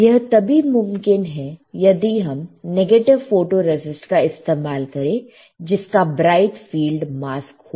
यह तभी मुमकिन है यदि हम नेगेटिव फोटोरेसिस्ट का इस्तेमाल करें जिसका ब्राइट फील्ड मास्क हो